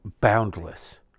boundless